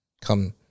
come